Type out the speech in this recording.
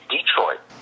Detroit